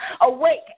Awake